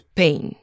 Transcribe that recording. pain